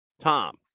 Tom